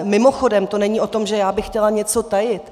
Mimochodem, to není o tom, že já bych chtěla něco tajit.